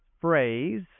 phrase